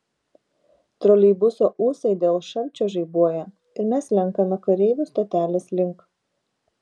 troleibuso ūsai dėl šalčio žaibuoja ir mes slenkame kareivių stotelės link